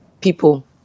people